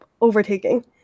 overtaking